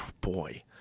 boy